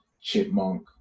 Chipmunk